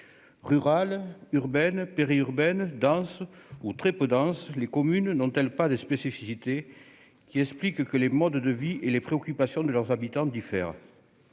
Rurales, urbaines, périurbaines, denses ou très peu denses, les communes n'ont-elles pas des spécificités qui expliquent que les modes de vie et les préoccupations de leurs habitants diffèrent ?